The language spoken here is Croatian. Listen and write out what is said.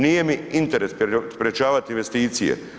Nije mi interes sprječavati investicije.